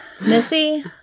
Missy